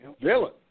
villain